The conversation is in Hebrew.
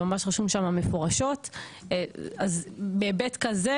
זה ממש רשום שמה מפורשות אז בהיבט כזה,